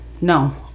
no